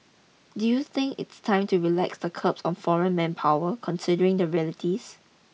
do you think it's time to relax the curbs on foreign manpower considering the realities